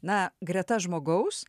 na greta žmogaus